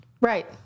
Right